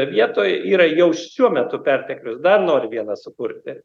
vietoj yra jau šiuo metu perteklius dar nori vieną sukurti